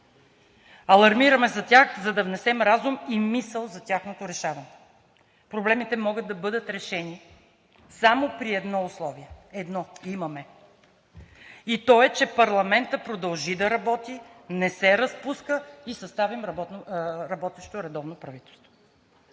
Алармираме за тях, за да внесем разум и мисъл за тяхното решаване. Проблемите могат да бъдат решени само при едно условие – едно имаме и то е, че парламентът продължи да работи, не се разпуска и съставим работещо редовно правителство.